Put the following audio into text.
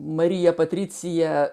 marija patricija